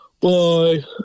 Bye